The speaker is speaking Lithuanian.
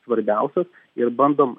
svarbiausios ir bandom